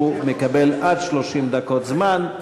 הוא מקבל עד 30 דקות זמן.